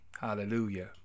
Hallelujah